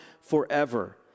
forever